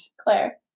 Claire